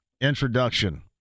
introduction